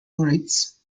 rights